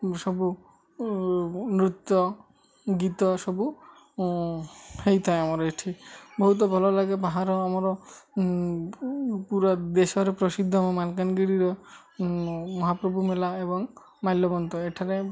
ସବୁ ନୃତ୍ୟ ଗୀତ ସବୁ ହେଇଥାଏ ଆମର ଏଠି ବହୁତ ଭଲ ଲାଗେ ବାହାର ଆମର ପୁରା ଦେଶରେ ପ୍ରସିଦ୍ଧ ମାଲକାନଗିରିର ମହାପ୍ରଭୁ ମେଳା ଏବଂ ମାଲ୍ୟବନ୍ତ ଏଠାରେ